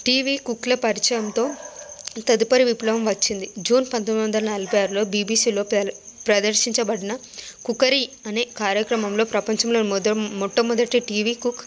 TV కుక్ల పరిచయంతో తదుపరి విప్లవం వచ్చింది జూన్ పంతొమ్మిది వందల నలభై ఆరులో బీబీసీలో ప ప్రదర్శించబడిన కుకరీ అనే కార్యక్రమంలో ప్రపంచంలోనే మొద మొట్టమొదటి టీవీ కుక్